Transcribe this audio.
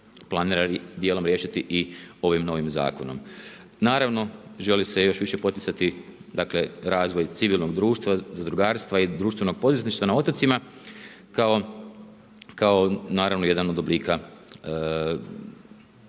planira dijelom riješiti i ovim novim zakonom. Naravno želi se još više poticati dakle razvoj civilnog društva, zadrugarstva i društvenog poduzetništva na otocima kao naravno jedan od oblika